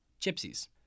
Gypsies